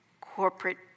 corporate